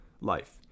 life